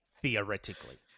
theoretically